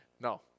No